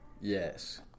Yes